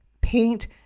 Paint